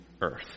earth